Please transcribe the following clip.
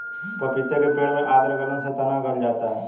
पपीते के पेड़ में आद्र गलन से तना गल जाता है